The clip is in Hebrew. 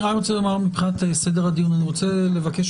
מבחינת סדר הדיון אני רוצה לבקש